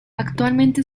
actualmente